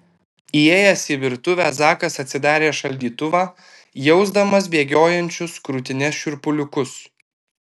įėjęs į virtuvę zakas atsidarė šaldytuvą jausdamas bėgiojančius krūtine šiurpuliukus